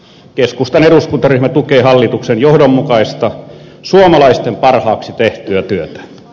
keskustan eduskuntaryhmä tukee hallituksen johdonmukaista suomalaisten parhaaksi tehtyä työtä